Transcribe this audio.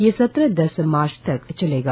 यह सत्र दस मार्च तक चलेगा